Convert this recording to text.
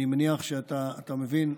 אני מניח שאתה מבין,